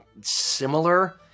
similar